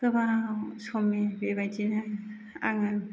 गोबां समनि बेबायदिनो आङो